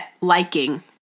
liking